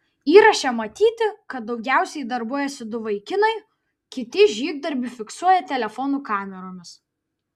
įraše matyti kad daugiausiai darbuojasi du vaikinai kiti žygdarbį fiksuoja telefonų kameromis